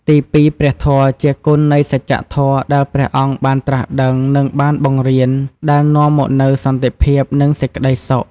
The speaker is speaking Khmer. ទីពីរ ព្រះធម៌ ជាគុណនៃសច្ចធម៌ដែលព្រះអង្គបានត្រាស់ដឹង និងបានបង្រៀន ដែលនាំមកនូវសន្តិភាព និងសេចក្តីសុខ។